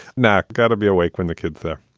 mark got to be awake when the kids yeah